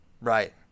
Right